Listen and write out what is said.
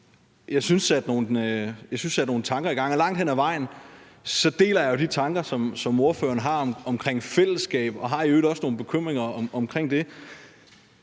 jeg synes satte nogle tanker i gang. Langt hen ad vejen deler jeg jo de tanker, som ordføreren har omkring fællesskab, og har i øvrigt også nogle bekymringer omkring det.